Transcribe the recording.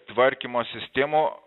tvarkymo sistemų